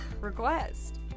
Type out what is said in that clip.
request